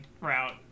route